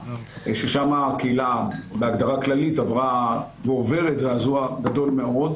ששם המדינה בהגדרה כללית עברה ועוברת זעזוע גדול מאוד.